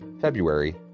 February